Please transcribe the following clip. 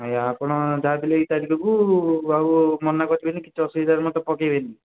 ଆଜ୍ଞା ଆପଣ ଯାହା ବି ହେଲେ ଏଇ ତାରିଖକୁ ଆଉ ମନା କରିବେନି କିଛି ଅସୁବିଧାରେ ମୋତେ ପକେଇବେନି